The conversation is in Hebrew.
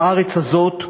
בארץ הזאת,